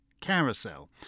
Carousel